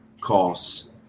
costs